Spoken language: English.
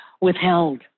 withheld